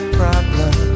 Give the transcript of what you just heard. problem